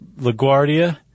LaGuardia